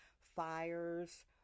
Fires